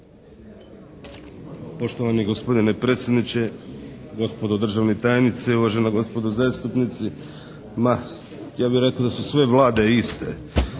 Poštovani gospodine predsjedniče, gospodo državni tajnici, uvažena gospodo zastupnici. Ma, ja bih rekao da su sve Vlade iste.